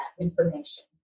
information